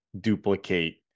duplicate